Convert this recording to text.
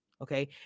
okay